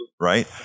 Right